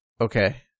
Okay